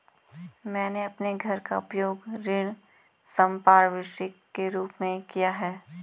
मैंने अपने घर का उपयोग ऋण संपार्श्विक के रूप में किया है